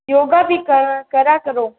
योग भी कर करा करो